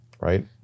right